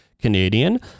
Canadian